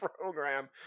program